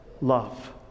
love